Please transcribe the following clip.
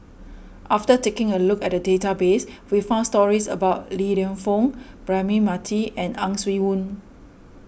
after taking a look at the database we found stories about Li Lienfung Braema Mathi and Ang Swee Aun